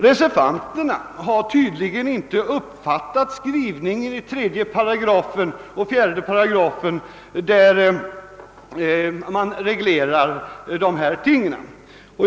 Reservanterna har tydligen inte uppfattat skrivningen i 3 och 4 §§, som reglerar dessa förhållanden.